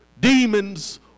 Demons